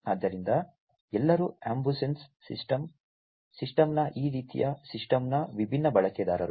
ಆದ್ದರಿಂದ ಎಲ್ಲರೂ ಅಂಬುಸೆನ್ಸ್ ಸಿಸ್ಟಮ್ನ ಈ ರೀತಿಯ ಸಿಸ್ಟಮ್ನ ವಿಭಿನ್ನ ಬಳಕೆದಾರರು